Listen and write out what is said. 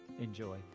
Enjoy